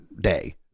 day